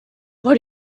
what